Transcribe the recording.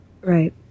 Right